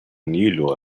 unusual